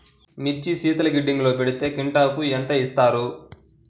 మిర్చి శీతల గిడ్డంగిలో పెడితే క్వింటాలుకు ఎంత ఇస్తారు?